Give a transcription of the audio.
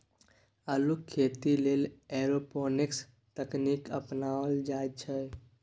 अल्लुक खेती लेल एरोपोनिक्स तकनीक अपनाओल जाइत छै